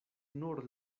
nur